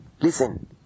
listen